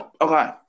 Okay